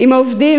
עם העובדים,